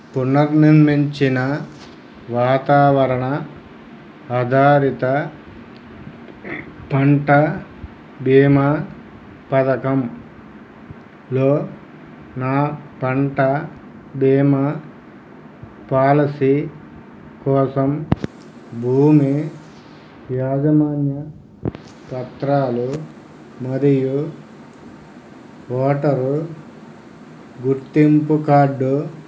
పునర్నిర్మించిన వాతావరణ అధారిత పంట బీమా పథకంలో నా పంట బీమా పాలసీ కోసం భూమి యాజమాన్య పత్రాలు మరియు ఓటరు గుర్తింపుకార్డు